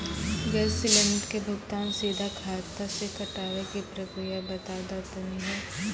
Gas cylinder के भुगतान सीधा खाता से कटावे के प्रक्रिया बता दा तनी हो?